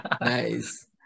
nice